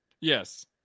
Yes